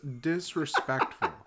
disrespectful